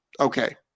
Okay